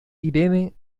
irene